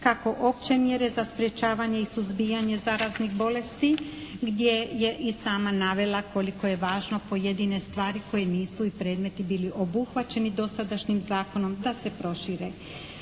kako opće mjere za sprječavanje i suzbijanje zaraznih bolesti gdje je i sama navela koliko je važno pojedine stvari koje nisu i predmeti bili obuhvaćeni dosadašnjim zakonom da se prošire.